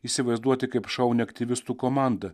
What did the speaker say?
įsivaizduoti kaip šaunią aktyvistų komandą